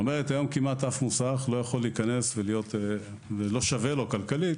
זאת אומרת שהיום כמעט לאף מוסך לא שווה מבחינה כלכלית